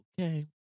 okay